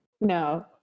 No